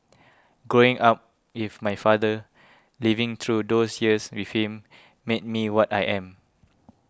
growing up with my father living through those years with him made me what I am